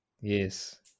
yes